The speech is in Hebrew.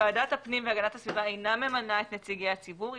ועדת הפנים והגנת הסביבה אינה ממנה את נציגי הציבור.